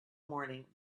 morning